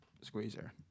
Squeezer